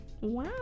wow